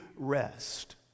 rest